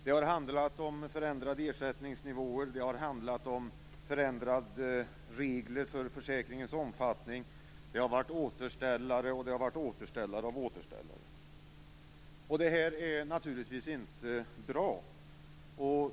Det har handlat om förändrade ersättningsnivåer, det har handlat om förändrade regler för försäkringens omfattning, det har varit återställare och det har varit återställare av återställare. Det här är naturligtvis inte bra.